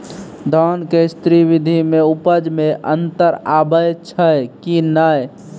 धान के स्री विधि मे उपज मे अन्तर आबै छै कि नैय?